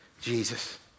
Jesus